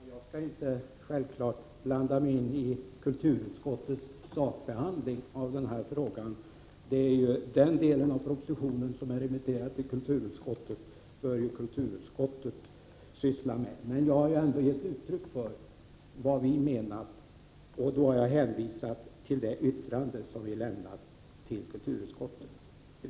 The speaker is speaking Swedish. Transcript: Herr talman! Jag vill inte ytterligare komplicera frågan, och jag skall självfallet inte blanda mig i kulturutskottets sakbehandling. Den del av propositionen som är remitterad till kulturutskottet bör kulturutskottet syssla med. Jag har gett uttryck för vad vi i konstitutionsutskottet menar, och jag har då hänvisat till det yttrande som vi har lämnat till kulturutskottet.